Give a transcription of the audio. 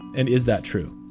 and is that true?